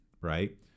right